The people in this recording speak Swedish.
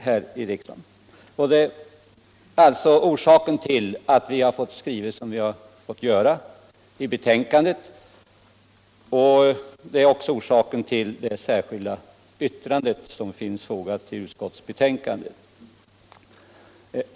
Där ligger alltså orsaken både till att vi har fått skriva som vi har gjort i utskottets betänkande och till det särskilda yttrande som finns fogat till detta.